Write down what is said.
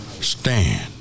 stand